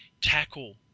tackle